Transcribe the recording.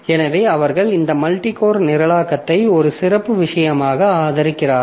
எனவே அவர்கள் இந்த மல்டிகோர் நிரலாக்கத்தை ஒரு சிறப்பு விஷயமாக ஆதரிக்கிறார்கள்